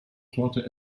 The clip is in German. torte